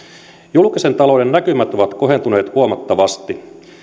julkisen talouden näkymät ovat kohentuneet huomattavasti